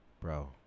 bro